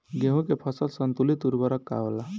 गेहूं के फसल संतुलित उर्वरक का होला?